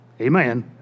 Amen